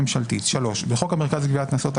3. בחוק המרכז לגביית קנסות,